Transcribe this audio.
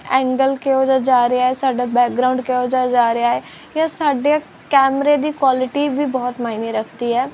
angle ਕਿਹੋ ਜਿਹਾ ਜਾ ਰਿਹਾ ਸਾਡਾ ਬੈਕਗਰਾਉਂਡ ਕਿਹੋ ਜਿਹਾ ਜਾ ਰਿਹਾ ਹੈ ਜਾਂ ਸਾਡੇ ਕੈਮਰੇ ਦੀ ਕੁਆਲਿਟੀ ਵੀ ਬਹੁਤ ਮਾਇਨੇ ਰੱਖਦੀ ਹੈ